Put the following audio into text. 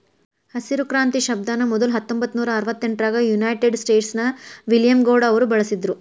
ಹಸಿರು ಕ್ರಾಂತಿ ಶಬ್ದಾನ ಮೊದ್ಲ ಹತ್ತೊಂಭತ್ತನೂರಾ ಅರವತ್ತೆಂಟರಾಗ ಯುನೈಟೆಡ್ ಸ್ಟೇಟ್ಸ್ ನ ವಿಲಿಯಂ ಗೌಡ್ ಅವರು ಬಳಸಿದ್ರು